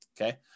Okay